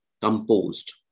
composed